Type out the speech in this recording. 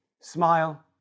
smile